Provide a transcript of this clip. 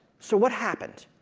so what happened?